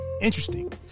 Interesting